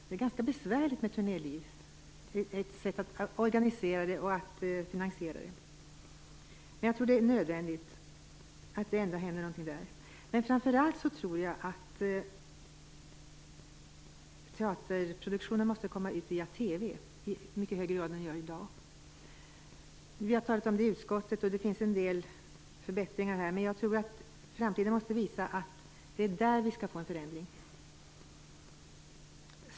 Det är ganska besvärligt att organisera och finansiera ett turnéliv, men jag tror att det är nödvändigt att det händer någonting på det området. Men framför allt tror jag att teaterproduktionerna i mycket högre grad än i dag måste komma ut via TV. Vi har talat om detta i utskottet, och jag tror att det finns en del förbättringar att göra. Jag tror att framtiden visar att det är där som vi måste till stånd en förändring.